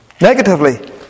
Negatively